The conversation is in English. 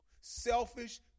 Selfish